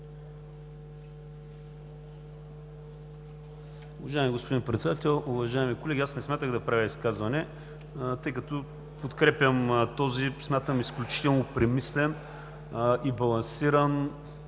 Уважаеми господин Председател, уважаеми колеги! Аз не смятах да правя изказване, тъй като подкрепям този, смятам, изключително премислен и балансиран